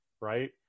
right